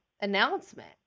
announcement